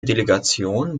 delegation